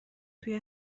توی